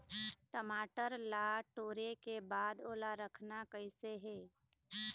टमाटर ला टोरे के बाद ओला रखना कइसे हे?